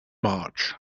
march